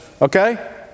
Okay